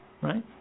right